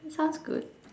it sounds good